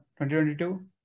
2022